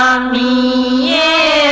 e